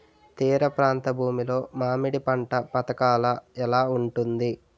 తీర ప్రాంత భూమి లో మామిడి పంట పథకాల ఎలా ఉంటుంది?